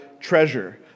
treasure